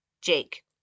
Jake